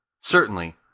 Certainly